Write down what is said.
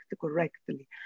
correctly